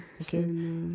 okay